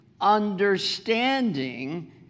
understanding